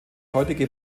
heutige